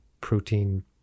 protein